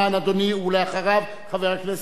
ואחריו חבר הכנסת מולה.